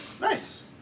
Nice